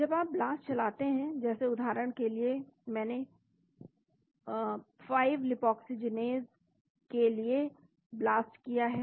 जब आप ब्लास्ट चलाते हैं जैसे उदाहरण के लिए मैंने 5 लीपाक्सीजीनेज़के लिए ब्लास्ट किया है